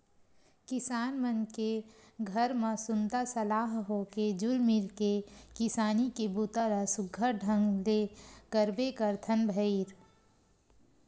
किसान मन के घर म सुनता सलाह होके जुल मिल के किसानी के बूता ल सुग्घर ढंग ले करबे करथन भईर